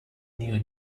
new